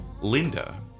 Linda